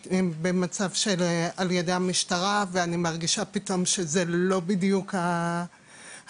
על ידי המשטרה ואני מרגישה פתאום שזה לא בדיוק המוקד,